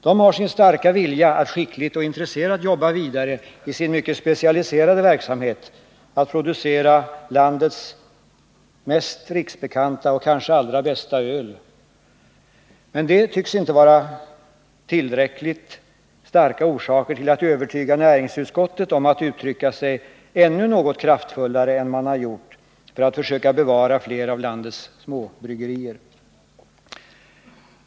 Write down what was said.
De har sin starka vilja att skickligt och intresserat jobba vidare i sin mycket specialiserade verksamhet att producera landets mest riksbekanta och kanske allra bästa öl. Men det tycks inte vara tillräckligt starka orsaker till att övertyga näringsutskottet om att uttrycka sig ännu något kraftfullare än man har gjort för att försöka bevara fler av landets småbryggerier.